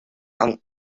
amb